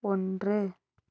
ஒன்று